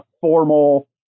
formal